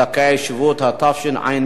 (זכאי שבות), התשע"ב